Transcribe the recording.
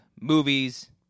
movies